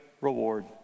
reward